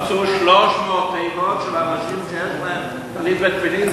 הרסו 300 תיבות של אנשים שיש בהם טלית ותפילין,